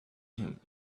him